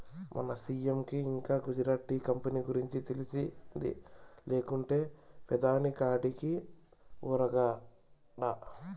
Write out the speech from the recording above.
మన సీ.ఎం కి ఇంకా గుజరాత్ టీ కంపెనీ గురించి తెలిసింది లేకుంటే పెదాని కాడికి ఉరకడా